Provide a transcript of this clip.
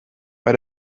bei